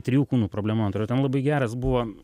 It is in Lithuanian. trijų kūnų problema man atrodo ten labai geras buvo